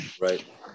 right